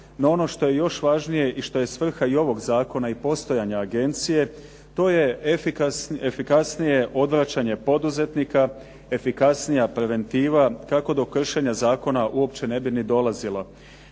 No ono što je još važnije i što je svrha i ovog zakona i postojanja agencije, to je efikasnije odvraćanje poduzetnika, efikasnija preventiva kako do kršenja zakona uopće ne bi ni dolazilo.